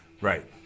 Right